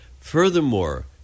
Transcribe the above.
Furthermore